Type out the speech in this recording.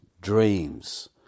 dreams